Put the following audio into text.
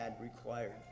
required